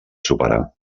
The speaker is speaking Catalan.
superar